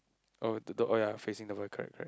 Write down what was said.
oh the dog oh ya facing the wall correct correct